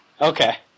Okay